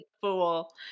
fool